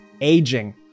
aging